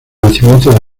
nacimiento